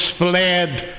fled